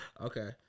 Okay